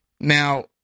Now